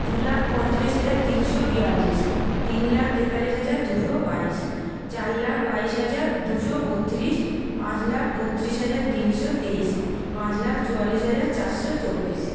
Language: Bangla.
দু লাখ পঁয়তিরিশ হাজার তিনশো বিয়াল্লিশ তিন লাক তেতাল্লিশ হাজার দুশো বাইশ চার লাখ বাইশ হাজার দুশো বত্রিশ পাঁচ লাখ বত্রিশ হাজার তিনশো তেইশ পাঁচ লাখ চুয়াল্লিশ হাজার চারশ চব্বিশ